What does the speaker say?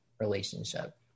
relationship